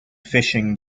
fishing